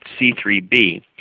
C3b